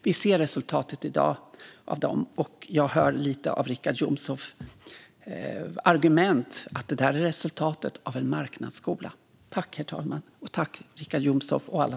Vi ser resultatet av detta i dag, och jag hör lite grann i Richard Jomshofs argument att detta är resultatet av en marknadsskola.